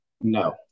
No